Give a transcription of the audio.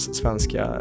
svenska